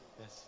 Yes